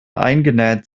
eingenäht